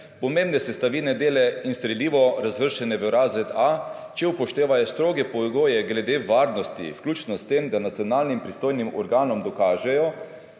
pomembne sestavine, dele in strelivo razvrščene v razred A, če upoštevajo stroge pogoje glede varnosti vključno s tem, da nacionalnim pristojnim organom dokažejo,